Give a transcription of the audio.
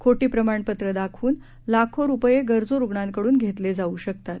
खोटी प्रमाणपत्रं दाखवून लाखो रुपये गरजू रुग्णांकडून घेतले जाऊ शकतात